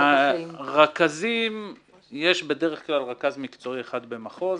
יש בדרך כלל רכז מקצועי אחד במחוז